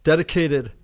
Dedicated